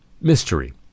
mystery